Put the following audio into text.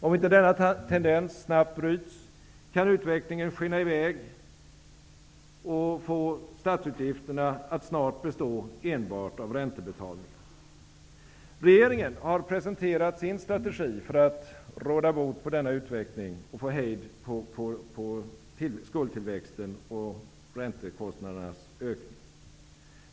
Om inte denna tendens snabbt bryts, kan utvecklingen skena i väg och statsutgifterna snart bestå av enbart räntebetalningar. Regeringen har presenterat sin strategi för att råda bot på denna utveckling och få hejd på skuldtillväxten och räntekostnadsökningen.